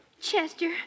Chester